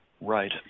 Right